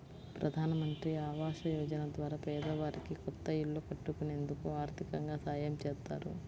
ప్రధానమంత్రి ఆవాస యోజన ద్వారా పేదవారికి కొత్త ఇల్లు కట్టుకునేందుకు ఆర్దికంగా సాయం చేత్తారు